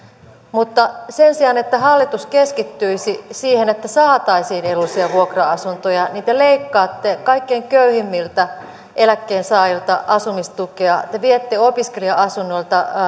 mutta sen sijaan että hallitus keskittyisi siihen että saataisiin edullisia vuokra asuntoja te leikkaatte kaikkein köyhimmiltä eläkkeensaajilta asumistukea te viette opiskelija asunnoilta